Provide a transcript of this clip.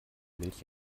milch